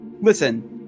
listen